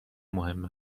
مهم